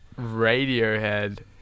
Radiohead